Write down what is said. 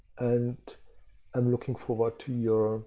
and i'm looking forward to your